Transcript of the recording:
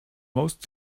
most